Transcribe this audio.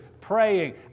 praying